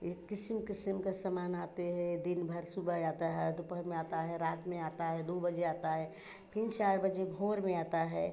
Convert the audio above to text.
यह किसिम किसिम के समान आते हैं दिन भर सुबह आता है दोपहर में आता है रात में आता है दो बजे आता है फिर चार बजे भोर में आता है